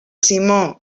simó